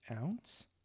Ounce